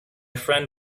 friend